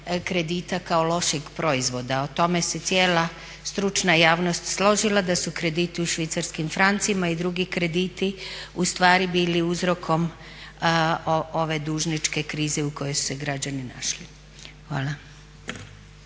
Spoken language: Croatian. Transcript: kredita kao lošeg proizvoda. O tome se cijela stručna javnost složila da su krediti u švicarskim francima i drugi krediti ustvari bili uzrokom ove dužničke krize u kojoj su se građani našli. Hvala.